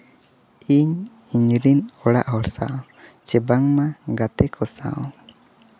ᱤᱧ ᱤᱧᱨᱮᱱ ᱚᱲᱟᱜ ᱦᱚᱲ ᱥᱟᱶ ᱡᱮ ᱵᱟᱝᱢᱟ ᱜᱟᱛᱮ ᱠᱚ ᱥᱟᱶ